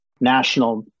national